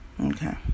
Okay